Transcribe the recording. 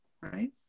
right